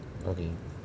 okay